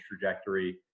trajectory